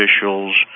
officials